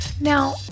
Now